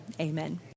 Amen